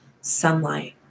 Sunlight